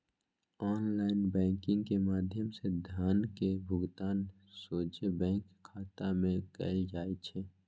online banking के माध्यम से धन के भुगतान सोझे बैंक खता में कएल जाइ छइ